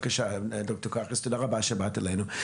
דוקטור קרקס, תודה רבה שבאת אלינו.